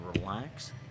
relax